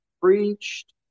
preached